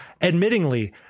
admittingly